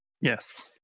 Yes